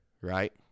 right